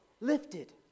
lifted